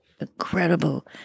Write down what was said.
incredible